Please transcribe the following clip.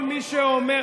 כל מי שאומר,